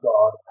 God